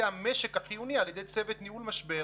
המשק החיוני על ידי צוות ניהול משבר,